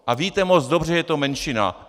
A víte moc dobře, že je to menšina.